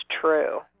true